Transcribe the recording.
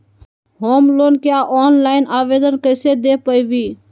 Home loan के online आवेदन कैसे दें पवई?